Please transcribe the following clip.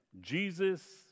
Jesus